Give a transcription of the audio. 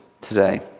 today